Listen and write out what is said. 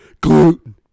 Gluten